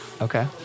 Okay